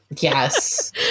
Yes